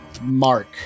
Mark